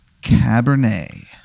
cabernet